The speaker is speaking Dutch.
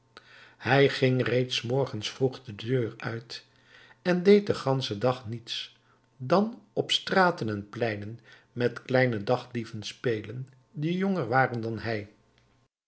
hij ging reeds s morgens vroeg de deur uit en deed den ganschen dag niets dan op straten en pleinen met kleine dagdieven spelen die jonger waren dan hij